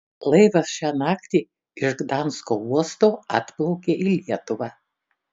laivas šią naktį iš gdansko uosto atplaukė į lietuvą